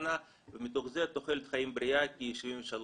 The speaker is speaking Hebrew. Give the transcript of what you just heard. שנה ומתוך זה תוחלת חיים בריאה כ-73 שנים.